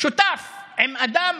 שותף עם אדם